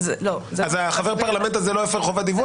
אז חבר הפרלמנט הזה לא הפר חובת דיווח?